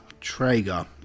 Traeger